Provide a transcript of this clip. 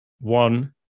one